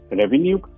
revenue